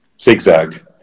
zigzag